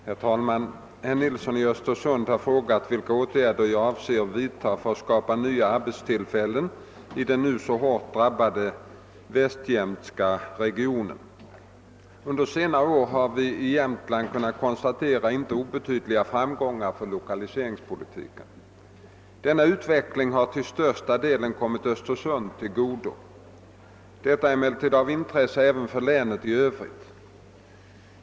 Herr talman! Herr Nilsson i Östersund har frågat vilka åtgärder jag avser att vidta för att skapa nya arbetstillfällen i den nu så hårt drabbade västjämtska regionen. Under senare tid har vi i Jämtland kunnat konstatera inte obetydliga framgångar för lokaliseringspolitiken. Denna utveckling har till största delen kommit Östersund till godo. Detta är emellertid av intresse även för länet i övrigt.